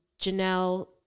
Janelle